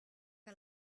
que